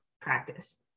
practice